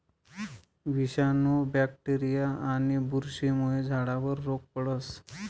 विषाणू, बॅक्टेरीया आणि बुरशीमुळे झाडावर रोग पडस